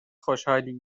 خوشحالییییی